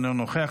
אינו נוכח,